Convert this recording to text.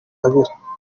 abira